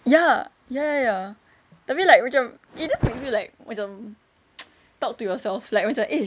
ya ya ya ya tapi like macam it just makes you like macam talk to yourself like macam eh